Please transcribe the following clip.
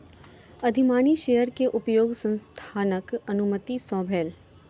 अधिमानी शेयर के उपयोग संस्थानक अनुमति सॅ भेल